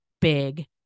big